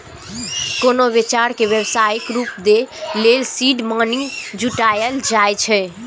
कोनो विचार कें व्यावसायिक रूप दै लेल सीड मनी जुटायल जाए छै